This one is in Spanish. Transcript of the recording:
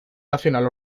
nacional